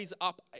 up